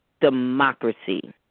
Democracy